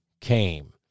came